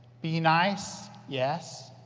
be nice. yes.